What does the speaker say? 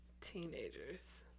Teenagers